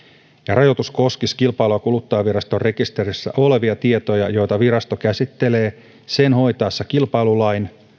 rajoitus koskisi kilpailu ja kuluttajaviraston rekisterissä olevia tietoja joita virasto käsittelee sen hoitaessa kilpailulain